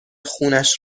خونش